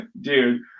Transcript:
dude